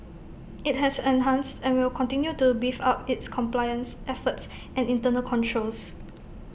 IT has enhanced and will continue to beef up its compliance efforts and internal controls